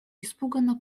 испуганно